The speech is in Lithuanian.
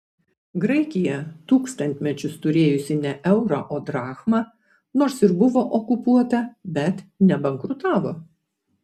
graikija tūkstantmečius turėjusi ne eurą o drachmą nors ir buvo okupuota bet nebankrutavo